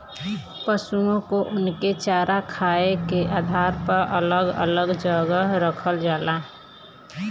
पसुओ को उनके चारा खाए के आधार पर अलग अलग जगह रखल जाला